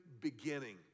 beginning